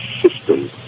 system